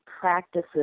practices